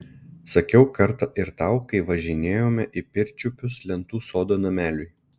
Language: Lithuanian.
sakiau kartą ir tau kai važinėjome į pirčiupius lentų sodo nameliui